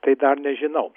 tai dar nežinau